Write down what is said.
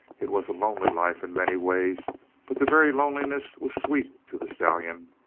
it was a lonely life in many ways but the very loneliness was sweet to the stallion.